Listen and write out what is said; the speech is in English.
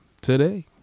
today